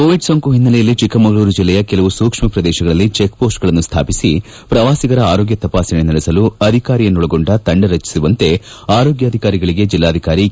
Covid ಸೋಂಕು ಹಿನ್ನಲೆಯಲ್ಲಿ ಚಿಕ್ಕಮಗಳೂರು ಜಲ್ಲೆಯ ಕೆಲವು ಸೂಕ್ಷ್ಮ ಪ್ರದೇಶಗಳಲ್ಲಿ ಚೆಕ್ ಪೋಸ್ಟ್ಗಳನ್ನು ಸ್ಥಾಪಿಸಿ ಪ್ರವಾಸಿಗರ ಆರೋಗ್ಯ ತಪಾಸಣೆ ನಡೆಸಲು ಅಧಿಕಾರಿಯನ್ನೊಳಗೊಂಡ ತಂಡ ರಚಿಸುವಂತೆ ಆರೋಗ್ಯಾಧಿಕಾರಿಗಳಿಗೆ ಜಿಲ್ಲಾಧಿಕಾರಿ ಕೆ